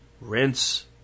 rinse